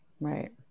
Right